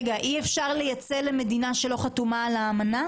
אי אפשר לייצא למדינה שלא חתומה על האמנה?